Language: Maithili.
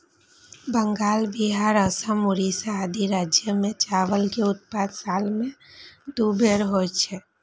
बंगाल, बिहार, असम, ओड़िशा आदि राज्य मे चावल के उत्पादन साल मे दू बेर होइ छै